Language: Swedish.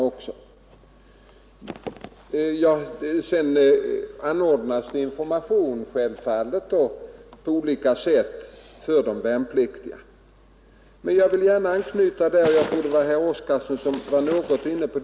Dessutom anordnas det vid förbanden information på olika sätt för de värnpliktiga. Jag vill emellertid gärna anknyta till något som jag tror herr Oskarson var inne på.